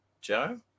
Joe